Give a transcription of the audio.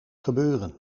gebeuren